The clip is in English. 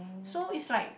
so is like